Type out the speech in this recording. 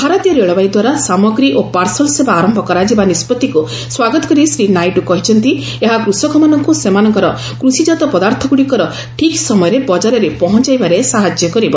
ଭାରତୀୟ ରେଳବାଇଦ୍ୱାରା ସାମଗ୍ରୀ ଓ ପାର୍ଶଲ୍ ସେବା ଆରମ୍ଭ କରାଯିବା ନିଷ୍ପଭିକୁ ସ୍ୱାଗତ କରି ଶ୍ରୀ ନାଇଡୁ କହିଛନ୍ତି ଏହା କୃଷକମାନଙ୍କୁ ସେମାନଙ୍କର କୃଷିଜାତ ପଦାର୍ଥଗୁଡ଼ିକର ଠିକ୍ ସମୟରେ ବଜାରରେ ପହଞ୍ଚାଇବାରେ ସାହାଯ୍ୟ କରିବ